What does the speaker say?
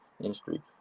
industry